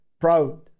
proud